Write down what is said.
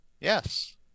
Yes